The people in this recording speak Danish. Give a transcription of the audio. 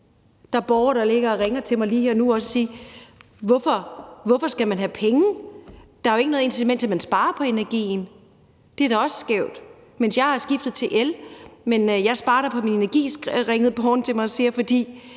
Der er borgere, der ringer til mig, som siger: Hvorfor skal man have penge? Der er jo ikke noget incitament til, at man sparer på energien – det er da også skævt. Jeg har skiftet til el, men jeg sparer da på mit energiforbrug, ringede borgeren til mig og sagde, for